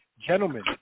gentlemen